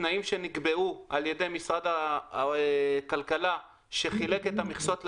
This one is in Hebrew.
התנאים שנקבעו על ידי משרד הכלכלה שחילק את המכסות ליבואנים,